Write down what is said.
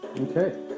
okay